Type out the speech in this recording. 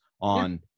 on